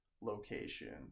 location